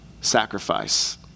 sacrifice